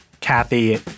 Kathy